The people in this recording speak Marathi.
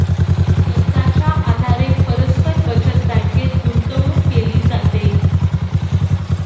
कर्जाच्या आधारे परस्पर बचत बँकेत गुंतवणूक केली जाते